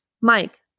Mike